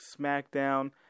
SmackDown